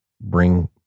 bring